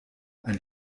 ein